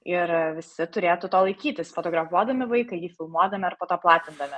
ir visi turėtų to laikytis fotografuodami vaiką jį filmuodami ar po to platindami